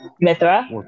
Mithra